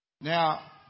Now